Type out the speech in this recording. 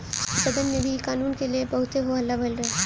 सदन में भी इ कानून के ले बहुते हो हल्ला भईल रहे